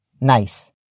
nice